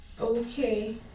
Okay